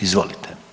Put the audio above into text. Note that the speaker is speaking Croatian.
Izvolite.